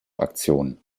aktion